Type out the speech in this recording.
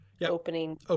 opening